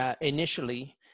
initially